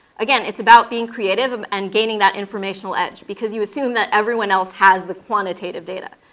again, it's about being creative um and gaining that informational edge. because you assume that everyone else has the quantitative data.